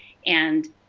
and,